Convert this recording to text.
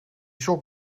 sok